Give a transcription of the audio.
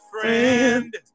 friend